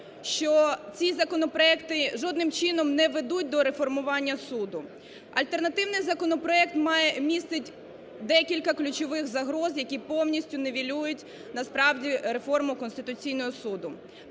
що ці законопроекти жодним чином не ведуть до реформування суду. Альтернативний законопроект містить декілька ключових загроз, які повністю нівелюють насправді реформу Конституційного Суду.